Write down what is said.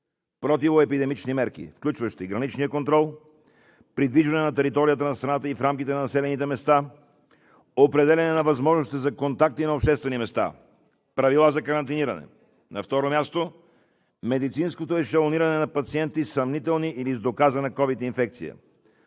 противоепидемичните мерки, включващи граничен контрол, придвижване на територията на страната и в рамките на населените места, определяне на възможности за контакти на обществени места, правила за карантиниране. На второ място, медицинското ешелониране на съмнителни пациенти или с доказана ковид инфекция,